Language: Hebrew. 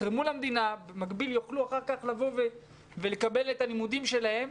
יתרמו למדינה ובמקביל יוכלו אחר כך לקבל את הלימודים שלהם.